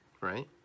right